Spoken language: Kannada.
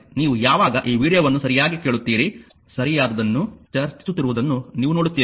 ನೀವು ಯಾವಾಗ ಈ ವೀಡಿಯೊವನ್ನು ಸರಿಯಾಗಿ ಕೇಳುತ್ತೀರಿ ಸರಿಯಾದದ್ದನ್ನು ಚರ್ಚಿಸುತ್ತಿರುವುದನ್ನು ನೀವು ನೋಡುತ್ತೀರಿ